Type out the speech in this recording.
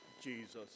Jesus